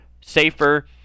safer